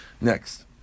Next